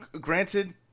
granted